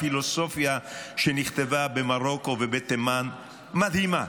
הפילוסופיה שנכתבה במרוקו ובתימן מדהימה.